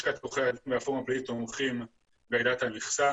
לשכת עורכי הדין והפורום הפלילי תומכים בהעלאת מכסה